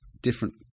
different